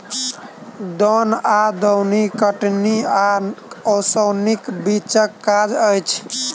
दौन वा दौनी कटनी आ ओसौनीक बीचक काज अछि